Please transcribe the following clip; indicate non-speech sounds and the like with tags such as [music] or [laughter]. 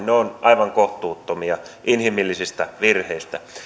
[unintelligible] ne ovat aivan kohtuuttomia inhimillisistä virheistä